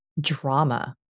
drama